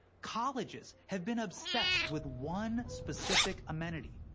colleges have been obsessed with one specific amenity.